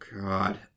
God